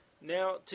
Now